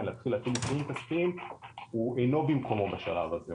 להתחיל להטיל עיצומים כספיים הוא אינו במקומו בשלב הזה,